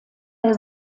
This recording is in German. der